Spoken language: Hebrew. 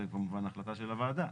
זה כמובן החלטה של הוועדה.